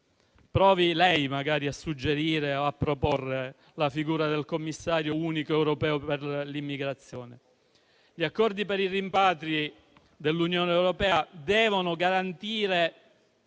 provi lei magari a suggerire o a proporre la figura del commissario unico europeo per l'immigrazione. Gli accordi per i rimpatri dell'Unione europea devono garantire